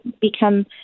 become